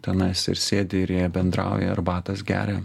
tenais ir sėdi ir jie bendrauja arbatas geria